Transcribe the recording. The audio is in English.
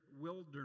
wilderness